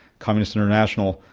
communist international,